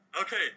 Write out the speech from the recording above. Okay